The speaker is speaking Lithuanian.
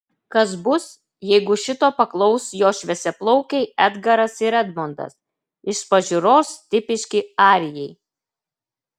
kas bus jeigu šito paklaus jo šviesiaplaukiai edgaras ir edmondas iš pažiūros tipiški arijai